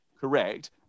correct